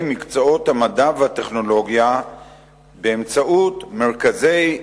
מקצועות המדע והטכנולוגיה באמצעות מרכזי המו"פ,